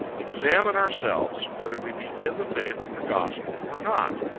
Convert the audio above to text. examine ourselves, whether we be in the faith of the gospel, or not.